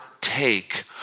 take